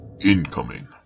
incoming